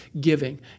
giving